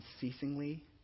unceasingly